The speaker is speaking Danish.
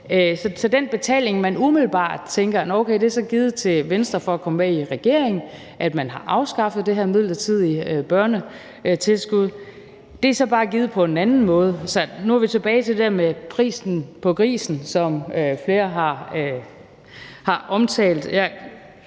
Den betaling, som man umiddelbart tænker er givet til Venstre for at gå med i regering, er, at man har afskaffet det her midlertidige børnetilskud; det er så bare givet på en anden måde. Så nu er vi tilbage til det der med prisen på grisen, som flere har omtalt.